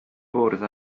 bwrdd